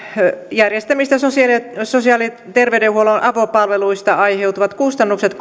järjestämistä sosiaali ja terveydenhuollon avopalveluista aiheutuvat kustannukset